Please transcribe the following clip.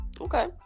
Okay